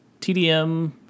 TDM